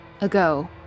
ago